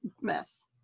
mess